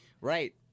Right